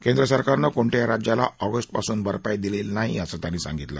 केंद्र सरकारनं कोणत्याही राज्याला ऑगस्ट पासून भरपाई दिलेली नाही असं त्यांनी सांगितलं